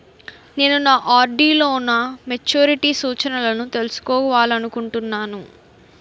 నేను నా ఆర్.డి లో నా మెచ్యూరిటీ సూచనలను తెలుసుకోవాలనుకుంటున్నాను